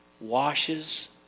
washes